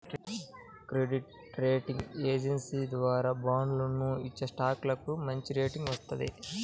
credit rating ఏజెన్సీల ద్వారా బాండ్లను ఇచ్చేస్టాక్లకు మంచిరేటింగ్ వత్తది